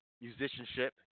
musicianship